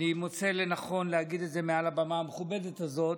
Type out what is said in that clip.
אני מוצא לנכון להגיד את זה מעל הבמה המכובדת הזאת,